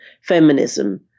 feminism